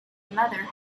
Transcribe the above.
mother